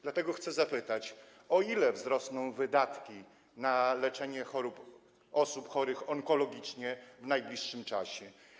Dlatego chcę zapytać: O ile wzrosną wydatki na leczenie chorób, osób chorych onkologicznie w najbliższym czasie?